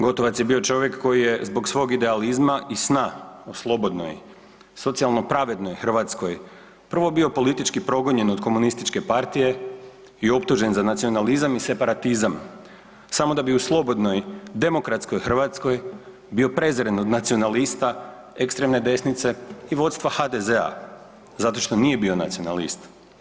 Gotovac je bio čovjek koji je zbog svog idealizma i sna o slobodnoj, socijalnoj pravednoj Hrvatskoj prvo bio politički progonjen od komunističke partije i optužen za nacionalizam i separatizam, samo da bi u slobodnoj demokratskoj Hrvatskoj bio prezren od nacionalista, ekstremne desnice i vodstva HDZ-a zato što nije bio nacionalist.